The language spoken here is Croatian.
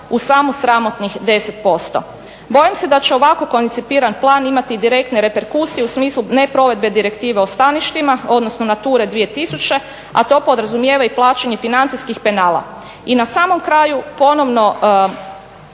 u samu sramotnih 10%. Bojim se da će ovako koncipiran plan imati direktne reperkusije u smislu ne provedbe Direktive o staništima odnosno Nature 2000 a to podrazumijeva i plaćanje financijskih penala. I na samom kraju ponovno,